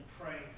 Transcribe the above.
pray